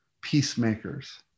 peacemakers